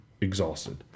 exhausted